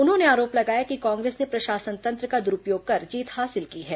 उन्होंने आरोप लगाया कि कांग्रेस ने प्रशासन तंत्र का दुरूपयोग कर जीत हासिल की है